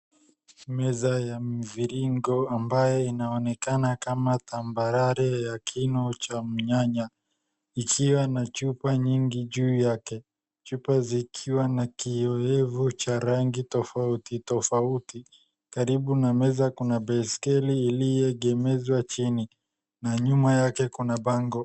Meza ya mviringo ambaye inaonekana kama tambarare ya kimo cha myanya ikiwa na chupa nyingi juu yake, chupa zikiwa na kiyowevu cha rangi tofauti tofauti, karibu na meza kuna baiskeli iliyeegemezwa chini na nyuma kuna bango.